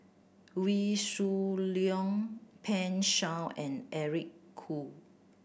Wee Shoo Leong Pan Shou and Eric Khoo